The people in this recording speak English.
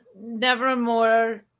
Nevermore